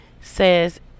says